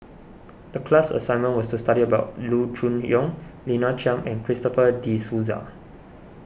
the class assignment was to study about Loo Choon Yong Lina Chiam and Christopher De Souza